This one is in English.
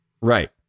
Right